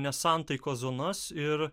nesantaikos zonas ir